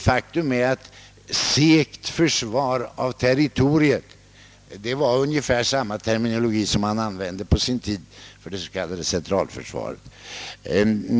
Faktum är dock att »segt försvar av territoriet» var ungefär den term som man på sin tid använde för det s.k. centralförsvaret.